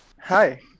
Hi